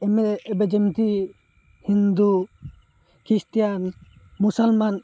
ଏମେ ଏବେ ଯେମିତି ହିନ୍ଦୁ ଖ୍ରୀଷ୍ଟିୟାନ ମୁସଲମାନ